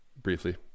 Briefly